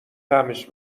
طعمش